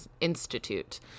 Institute